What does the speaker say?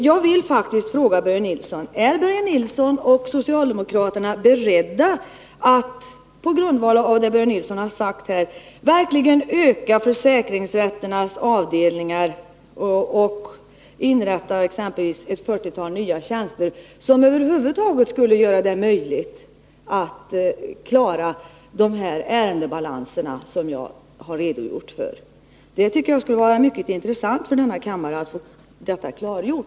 Efter vad Börje Nilsson har sagt här vill jag fråga honom: Är Börje Nilsson och socialdemokraterna beredda att öka försäkringsrätternas avdelningar och inrätta exempelvis ett 40-tal nya tjänster? Det är vad som behövs för att över huvud taget göra det möjligt att klara de ärendebalanser som jag har redogjort för. Det skulle vara intressant för kammaren att få det klargjort.